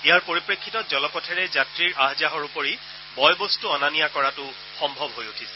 ইয়াৰ পৰিপ্ৰেক্ষিতত জলপথেৰে যাত্ৰীৰ আহ যাহৰ উপৰি বয় বস্তু অনা নিয়া কৰাটো সম্ভৱ হৈ উঠিছে